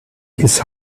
his